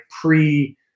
pre